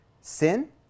sin